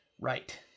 right